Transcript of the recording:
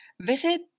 visit